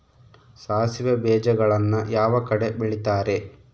ಸಾಸಿವೆ ಬೇಜಗಳನ್ನ ಯಾವ ಕಡೆ ಬೆಳಿತಾರೆ?